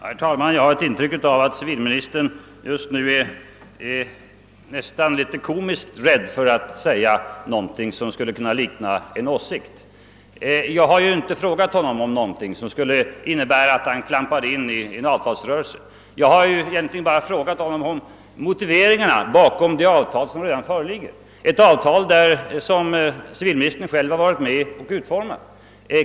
Herr talman! Jag tycker att civilministern just nu är nästan litet komiskt rädd för att uttrycka någonting som skulle kunna likna en åsikt. Jag har ju inte begärt att han skuile säga någonting som skulle innebära att han klampar in i en avtalsrörelse. Jag har egentligen bara frågat om motiveringarna bakom det avtal som redan föreligger, ett avtal som civilministern själv har varit med om att utforma.